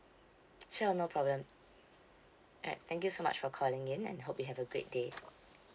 sure no problem alright thank you so much for calling in and hope you have a great day